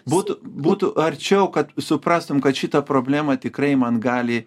būtų būtų arčiau kad suprastum kad šitą problemą tikrai man gali